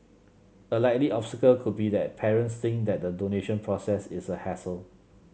a likely obstacle could be that parents think that the donation process is a hassle